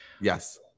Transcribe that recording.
Yes